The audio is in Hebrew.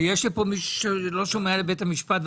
יש פה מישהו שלא שומע לבית המשפט,